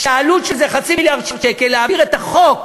כשהעלות של זה חצי מיליארד שקל, להעביר את החוק